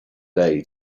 day